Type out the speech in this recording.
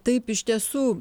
taip iš tiesų